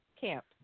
camp